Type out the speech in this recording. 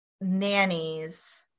nannies